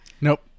Nope